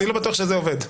אני לא בטוח שזה עובד.